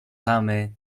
tamy